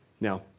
Now